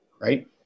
right